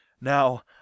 Now